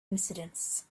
incidents